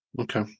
Okay